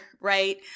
right